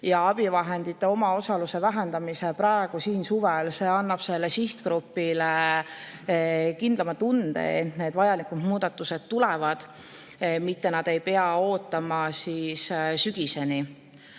ja abivahendite omaosaluse vähendamise ära praegu siin, suvel, annab sellele sihtgrupile kindlama tunde, et need vajalikud muudatused tulevad, nad ei pea ootama sügiseni.